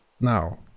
now